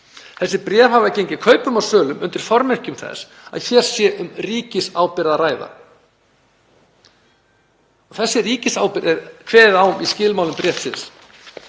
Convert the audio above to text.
Þessi bréf hafa gengið kaupum og sölum undir formerkjum þess að hér sé um ríkisábyrgð að ræða. Þessa ríkisábyrgð er kveðið á um í skilmálum bréfsins.